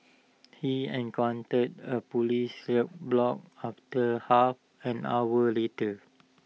he encountered A Police roadblock after half an hour later